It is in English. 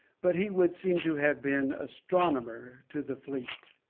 but he would seem to have been astronomer to the fleet.